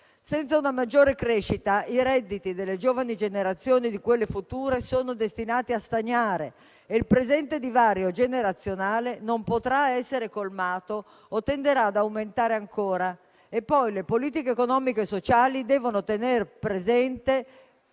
senza una maggiore crescita, i redditi delle giovani generazioni e di quelle future sono destinati a stagnare e il presente divario generazionale non potrà essere colmato o tenderà ad aumentare ancora. Le politiche economiche e sociali devono tenere maggiormente